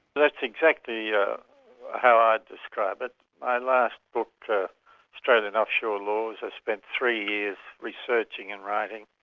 that's exactly yeah how i'd describe it. my last book australian offshore laws, i spent three years researching and writing,